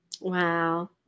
Wow